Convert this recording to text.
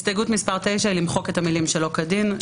הסתייגות מס' 9 היא למחוק את המילים "שלא כדין".